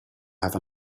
have